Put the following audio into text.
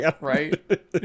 Right